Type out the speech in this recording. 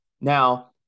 Now